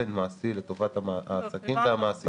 באופן מעשי לטובת העסקים והמעסיקים.